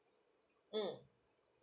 mm